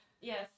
yes